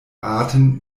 arten